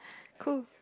cool